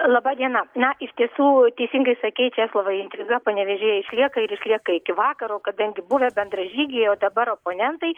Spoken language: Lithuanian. laba diena na iš tiesų teisingai sakei česlovai intriga panevėžyje išlieka ir išlieka iki vakaro kadangi buvę bendražygiai o dabar oponentai